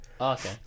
Okay